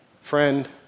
friend